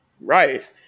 Right